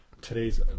today's